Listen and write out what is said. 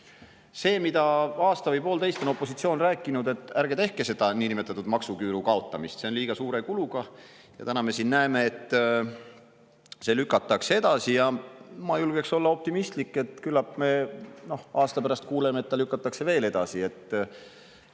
kuulsime? Aasta või poolteist on opositsioon rääkinud, et ärge tehke seda niinimetatud maksuküüru kaotamist, see on liiga suure kuluga. Ja täna me näeme, et see lükatakse edasi. Ma julgen olla optimistlik, et küllap me aasta pärast kuuleme, et see lükatakse veel edasi.